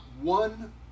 one